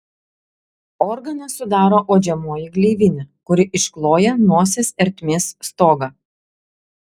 organą sudaro uodžiamoji gleivinė kuri iškloja nosies ertmės stogą